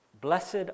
Blessed